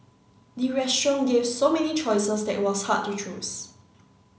the restaurant gave so many choices that it was hard to choose